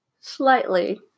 slightly